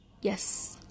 Yes